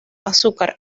azúcar